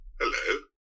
Hello